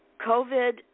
COVID